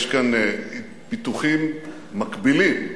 יש כאן פיתוחים מקבילים,